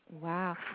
Wow